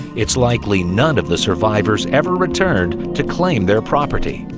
it's likely none of the survivors ever returned to claim their property.